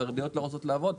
החרדיות לא רוצות לעבוד'.